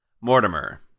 Mortimer